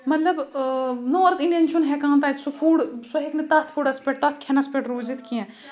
مطلب north Indian چُھنہٕ ہؠکان تَتہِ سُہ فُڈ سُہ ہؠکہِ نہٕ تَتھ فُڈَس پؠٹھ تَتھ کھؠنَس پؠٹھ روٗزِتھ کینٛہہ